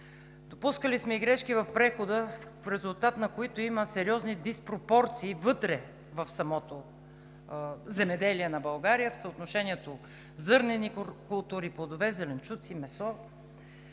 Допускали сме и грешки в прехода, в резултат на които има сериозни диспропорции вътре, в самото земеделие на България, в съотношението зърнени култури, плодове, зеленчуци, месо.